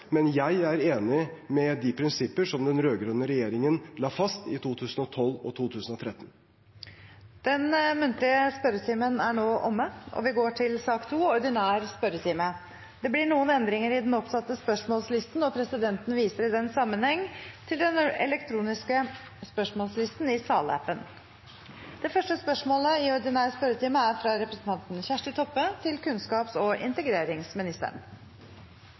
men jeg er enig i de prinsipper som den rød-grønne regjeringen la fast i 2012 og 2013. Den muntlige spørretimen er nå omme. Det blir noen endringer i den oppsatte spørsmålslisten, og presidenten viser i den sammenheng til den elektroniske spørsmålslisten i salappen. Endringene var som følger: Spørsmål 8, fra representanten Martha Tærud til næringsministeren, er trukket tilbake. Spørsmål 9, fra representanten Kari Anne Bøkestad Andreassen til klima- og